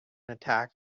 attack